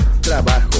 trabajo